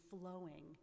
flowing